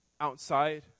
outside